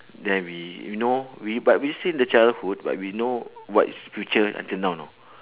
then we you know we but we still in the childhood but we know what's future until now